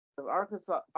Arkansas